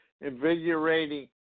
invigorating